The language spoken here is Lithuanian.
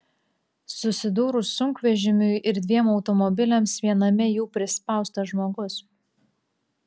susidūrus sunkvežimiui ir dviem automobiliams viename jų prispaustas žmogus